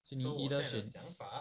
你 either 选